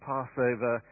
Passover